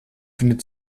findet